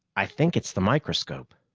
i think it's the microscope.